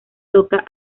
toca